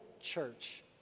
church